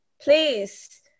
please